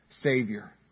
savior